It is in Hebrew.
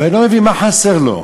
ואני לא מבין מה חסר לו.